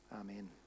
Amen